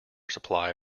supply